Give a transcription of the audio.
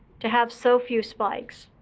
to have so few spikes.